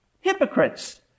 Hypocrites